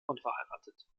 unverheiratet